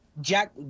Jack